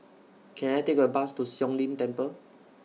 Can I Take A Bus to Siong Lim Temple